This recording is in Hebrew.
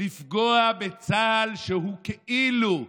לפגוע בצה"ל, שהוא כאילו,